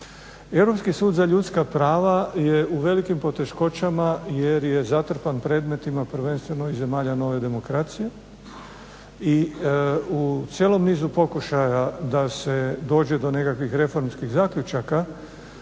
Europski sud za ljudska prava je u velikim poteškoćama jer je zatrpan predmetima prvenstveno iz zemalja nove demokracije i u cijelom nizu pokušaja da se dođe do nekakvih reformskih zaključaka